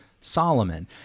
Solomon